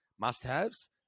must-haves